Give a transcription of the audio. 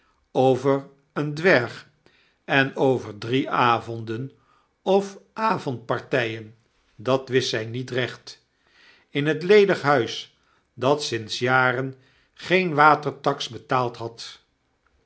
over een dwerg en over drie avonden of avondpartijen dat wist zy niet recht in een ledig huis dat sinds jaren geen watertaks betaald had